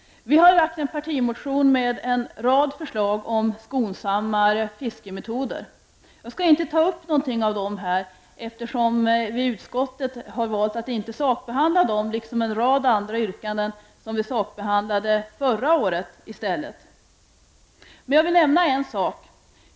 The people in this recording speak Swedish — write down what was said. Vi har väckt en partimotion med en rad förslag om skonsammare fiskemetoder. Jag skall inte ta upp något av dem här, eftersom utskottet har valt att inte sakbehandla dem, liksom en rad andra yrkanden som sakbehandlades förra året i stället. Men jag vill nämna en sak.